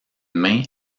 main